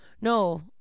No